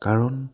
কাৰণ